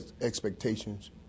expectations